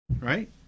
Right